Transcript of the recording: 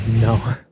No